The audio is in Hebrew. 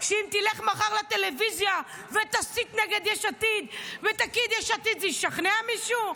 שאם תלך מחר לטלוויזיה ותסית נגד יש עתיד ותגיד יש עתיד זה ישכנע מישהו?